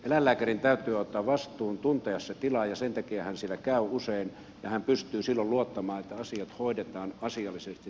eläinlääkärin täytyy ottaa vastuu tuntea se tila ja sen takia hän siellä käy usein ja hän pystyy silloin luottamaan että asiat hoidetaan asiallisesti